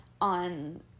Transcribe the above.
on